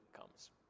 comes